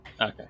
Okay